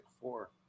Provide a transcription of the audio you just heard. Four